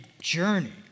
journey